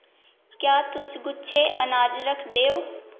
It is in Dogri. क्या तुस गुच्छे अनाज रखदे ओ